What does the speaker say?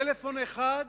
טלפון אחד,